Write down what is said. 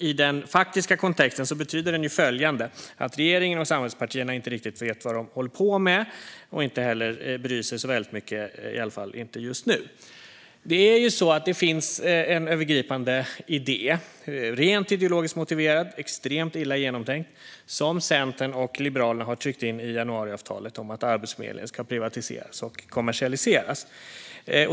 I den faktiska kontexten betyder den nämligen att regeringen och samarbetspartierna inte riktigt vet vad de håller på med och att de inte heller bryr sig så mycket, i alla fall inte just nu. Det är ju så att det finns en övergripande, rent ideologiskt motiverad och extremt illa genomtänkt idé som Centern och Liberalerna har tryckt in i januariavtalet om att Arbetsförmedlingen ska privatiseras och kommersialiseras.